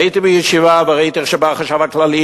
הייתי בישיבה וראיתי איך בא החשב הכללי,